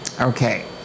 Okay